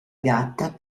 gatta